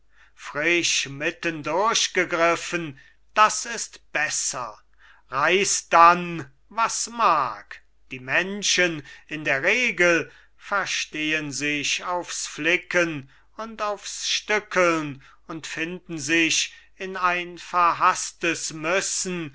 frisch mitten durchgegriffen das ist besser reiß dann was mag die menschen in der regel verstehen sich aufs flicken und aufs stückeln und finden sich in ein verhaßtes müssen